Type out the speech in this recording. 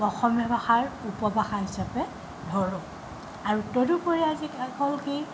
অসমীয়া ভাষাৰ উপভাষা হিচাপে ধৰোঁ আৰু তদুপৰি আজি অকল কি